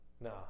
no